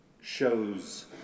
shows